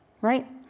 right